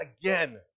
again